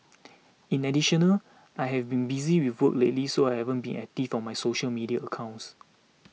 in additional I have been busy with work lately so I haven't been active on my social media accounts